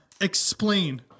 Explain